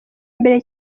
mbere